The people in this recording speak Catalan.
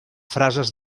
frases